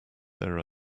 there